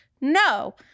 No